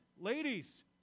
Ladies